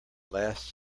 last